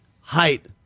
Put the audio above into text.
height